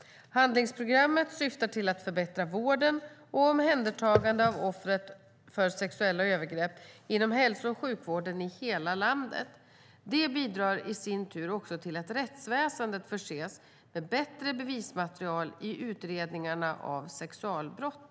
Handlingsprogrammet syftar till att förbättra vården och omhändertagandet av offer för sexuella övergrepp inom hälso och sjukvården i hela landet. Det bidrar i sin tur också till att rättsväsendet förses med bättre bevismaterial i utredningarna av sexualbrott.